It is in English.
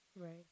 Right